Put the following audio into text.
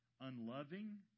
unloving